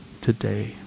today